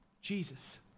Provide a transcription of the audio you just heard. Jesus